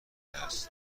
هست